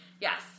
Yes